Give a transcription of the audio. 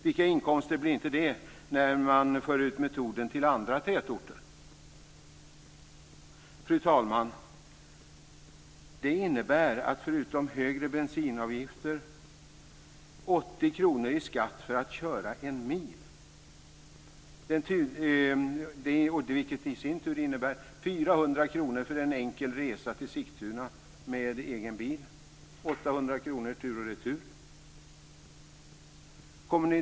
Vilka inkomster blir inte det när man för ut metoden till andra tätorter? Fru talman! Det innebär, förutom högre bensinavgifter, 80 kr i skatt för att köra en mil. Det innebär i sin tur 400 kr för en enkel resa till Sigtuna med egen bil och 800 kr tur och retur.